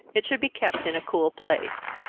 it should be kept in a cool place.